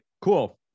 cool